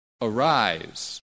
arise